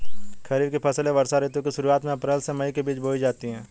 खरीफ की फसलें वर्षा ऋतु की शुरुआत में अप्रैल से मई के बीच बोई जाती हैं